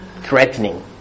Threatening